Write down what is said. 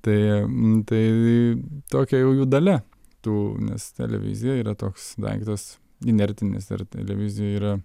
tai tai tokia jau jų dalia tų nes televizija yra toks daiktas inertinis ir televizijoj yra